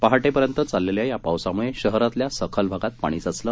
पहाटेपर्यंत चाललेल्या या पावसामुळे शहरातल्या सखल भागात पाणी साचलं